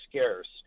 scarce